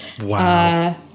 Wow